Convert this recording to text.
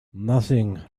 nothing